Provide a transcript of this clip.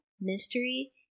mystery